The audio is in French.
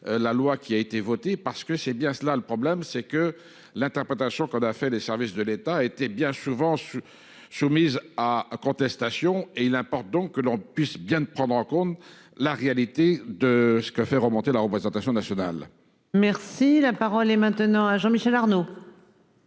La loi qui a été votée parce que c'est bien cela le problème, c'est que l'interprétation qu'on a fait les services de l'État a été bien souvent. Soumise à contestation. Et il importe donc que l'on puisse bien de prendre en compte la réalité de ce qu'a fait remonter la représentation nationale. Merci la parole est maintenant à Jean-Michel Arnaud.